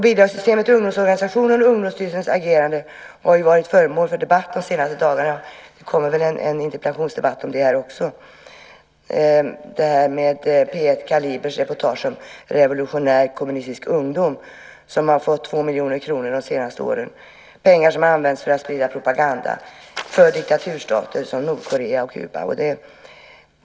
Bidragssystemet till ungdomsorganisationer och Ungdomsstyrelsens agerande har ju varit föremål för debatt de senaste dagarna. Det kommer väl en interpellationsdebatt om det också senare i dag, det här med P1-programmet Kalibers reportage om Revolutionär Kommunistisk Ungdom som har fått 2 miljoner kronor de senaste åren, pengar som har använts för att sprida propaganda för diktaturstater som Nordkorea och Kuba.